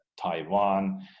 Taiwan